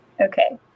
Okay